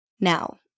Now